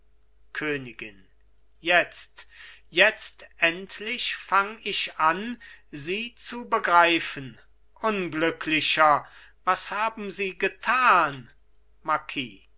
königin jetzt jetzt endlich fang ich an sie zu begreifen unglücklicher was haben sie getan